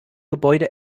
gebäude